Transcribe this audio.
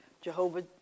Jehovah